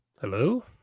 Hello